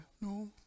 No